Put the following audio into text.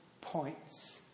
points